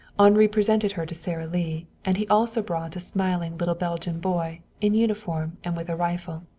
henri presented her to sara lee, and he also brought a smiling little belgian boy, in uniform and with a rifle.